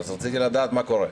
רציתי לדעת מה קורה.